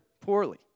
poorly